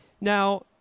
now